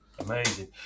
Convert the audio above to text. Amazing